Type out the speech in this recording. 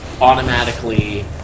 automatically